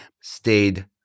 stayed